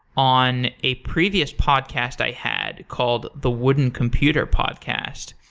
on a previous podcast i had called the wooden computer podcast.